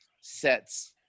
sets